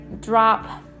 drop